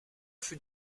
fut